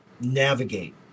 navigate